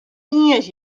iens